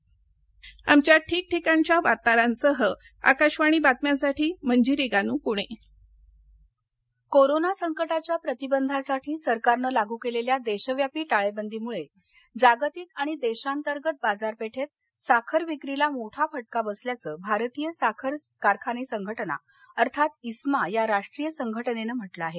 आकाशवाणी बातम्यांसाठी आमच्या ठीकठीकाणच्या वार्ताहरांसह मंजिरी गानू पुणे साखर कोरोना संकटाच्या प्रतिबंधासाठी सरकारनं लागू केलेल्या देशव्यापी टाळेबंदीमुळे जागतिक आणि देशांतर्गत बाजारपेठेत साखर विक्रीला मोठा फटका बसल्याचं भारतीय साखर कारखाने संघटना अर्थात इस्मा या राष्ट्रीय संघटनेन म्हटलं आहे